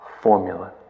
formula